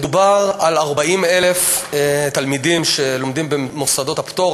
מדובר ב-40,000 תלמידים שלומדים במוסדות הפטור,